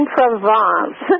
Provence